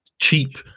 cheap